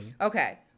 okay